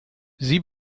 sie